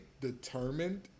determined